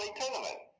tournament